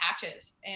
patches